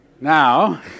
Now